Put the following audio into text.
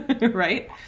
right